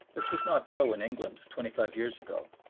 this was not so in england twenty-five years ago,